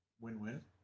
Win-win